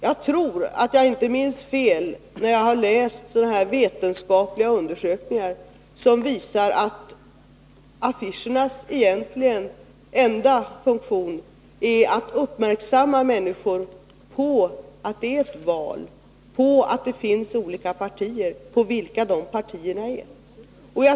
Jag har läst vetenskapliga undersökningar som visar — jag tror inte att jag minns fel — att affischernas egentligen enda funktion är att göra människor uppmärksamma på att det är val, på att det finns olika partier och på vilka de partierna är.